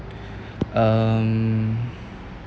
um